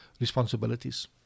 responsibilities